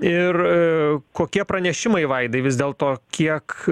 ir kokie pranešimai vaidai vis dėl to kiek